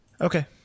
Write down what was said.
Okay